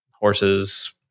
horses